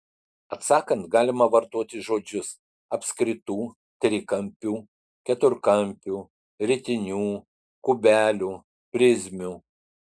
atsakant galima vartoti žodžius apskritų trikampių keturkampių ritinių kubelių prizmių